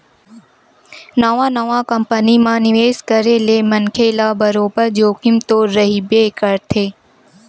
नवा नवा कंपनी म निवेस करे ले मनखे ल बरोबर जोखिम तो रहिबे करथे